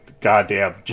goddamn